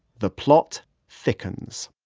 the plot thickens